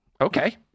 okay